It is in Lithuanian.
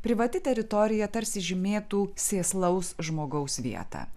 privati teritorija tarsi žymėtų sėslaus žmogaus vietą